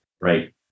right